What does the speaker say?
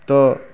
ତ